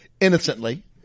innocently